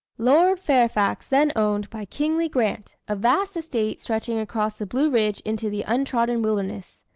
lord fairfax then owned, by kingly grant, a vast estate stretching across the blue ridge into the untrodden wilderness.